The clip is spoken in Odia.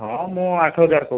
ହଁ ମୁଁ ଆଠ ହଜାର କହୁଛି